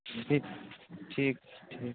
ठीक ठीक छै ठीक